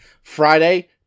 Friday